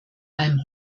allem